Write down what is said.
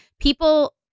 people